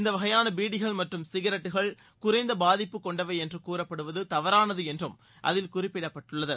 இந்த வகையான பிடிகள் மற்றும் சிகரெட்டுகள் குறைந்த பாதிப்பு கொண்டவை என்று கூறப்படுவது தவறானது என்றும் அதில் குறிப்பிடப்பட்டுள்ளது